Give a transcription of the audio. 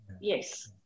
Yes